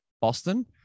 Boston